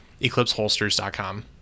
EclipseHolsters.com